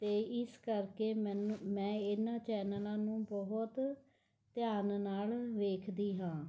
ਅਤੇ ਇਸ ਕਰਕੇ ਮੈਨੂੰ ਮੈਂ ਇਹਨਾਂ ਚੈਨਲਾਂ ਨੂੰ ਬਹੁਤ ਧਿਆਨ ਨਾਲ਼ ਵੇਖਦੀ ਹਾਂ